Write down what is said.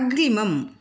अग्रिमम्